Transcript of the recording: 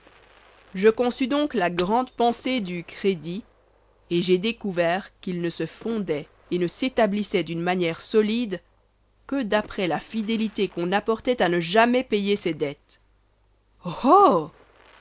je conçus donc la grande pensée du crédit et j'ai découvert qu'il ne se fondait et ne s'établissait d'une manière solide que d'après la fidélité qu'on apportait à ne jamais payer ses dettes